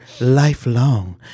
lifelong